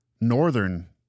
northern